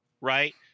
right